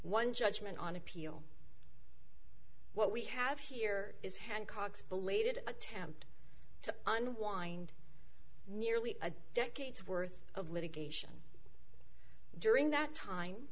one judgment on appeal what we have here is hancock's belated attempt to unwind nearly a decade worth of litigation during that time